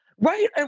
right